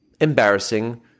embarrassing